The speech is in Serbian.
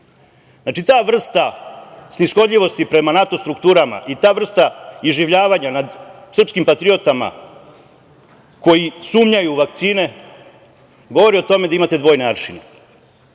Znači, ta vrsta snishodljivosti prema NATO strukturama i ta vrsta iživljavanja nad srpskim patriotama koji sumnjaju u vakcine govori o tome da imate dvojne aršine.E